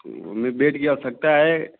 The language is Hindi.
तो हमें बेड की आवश्यकता है